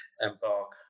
embark